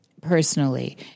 personally